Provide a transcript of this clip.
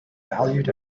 valued